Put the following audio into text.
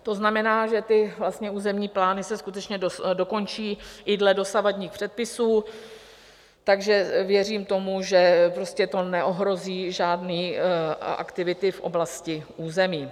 To znamená, že ty územní plány se skutečně dokončí i dle dosavadních předpisů, takže věřím tomu, že to prostě neohrozí žádné aktivity v oblasti území.